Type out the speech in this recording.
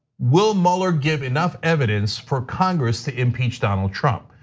will mueller give enough evidence for congress to impeach donald trump?